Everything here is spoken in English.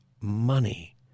money